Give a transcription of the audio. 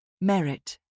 Merit